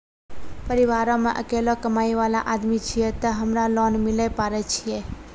परिवारों मे अकेलो कमाई वाला आदमी छियै ते हमरा लोन मिले पारे छियै?